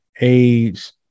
AIDS